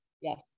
Yes